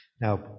Now